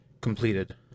Completed